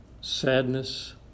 sadness